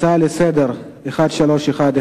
הצעה לסדר-היום מס' 1311,